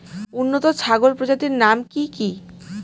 উন্নত ছাগল প্রজাতির নাম কি কি?